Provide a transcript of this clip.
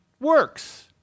works